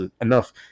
Enough